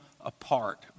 apart